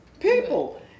people